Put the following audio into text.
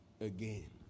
again